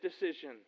decision